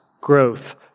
growth